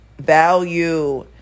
value